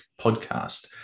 podcast